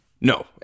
No